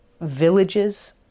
villages